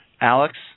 Alex